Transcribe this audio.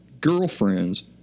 girlfriends